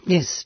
Yes